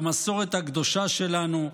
במסורת הקדושה שלנו,